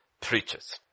preaches